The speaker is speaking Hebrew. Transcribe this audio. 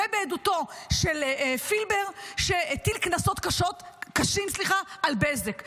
ובעדותו של פילבר, שהטיל קנסות קשים על בזק.